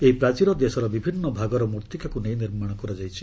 ଏହି ପ୍ରାଚୀର ଦେଶର ବିଭିନ୍ନ ଭାଗର ମୃତ୍ତିକାକୁ ନେଇ ନିର୍ମାଣ କରାଯାଇଛି